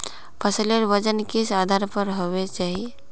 फसलेर वजन किस आधार पर होबे चही?